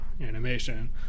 animation